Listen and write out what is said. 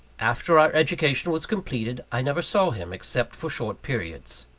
after our education was completed, i never saw him, except for short periods.